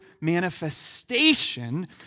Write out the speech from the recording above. manifestation